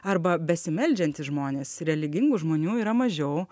arba besimeldžiantys žmonės religingų žmonių yra mažiau